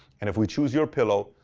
and if we choose your pillow,